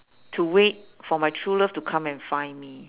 to wait for my true love to come and find me